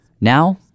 now